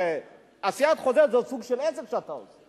הרי עשיית חוזה זה סוג של עסק שאתה עושה,